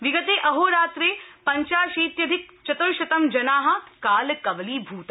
विगते अहोरात्रे पञ्चाशीत्यधिक चत्र शतं जना कालकवलीभूता